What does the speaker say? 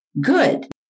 Good